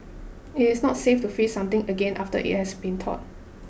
it is not safe to freeze something again after it has been thawed